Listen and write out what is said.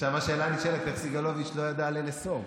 עכשיו השאלה הנשאלת: איך סגלוביץ' לא ידע על NSO?